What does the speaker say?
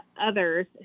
others